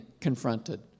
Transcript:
confronted